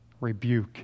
rebuke